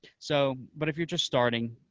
so but if you're just starting,